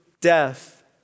death